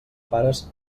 pares